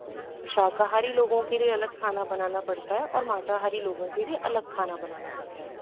शाकाहारी लोगों के लिए अलग खाना बनाना पड़ता है और मांसाहारी लोगों के लिए अलग खाना बनाना पड़ता है